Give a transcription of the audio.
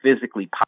physically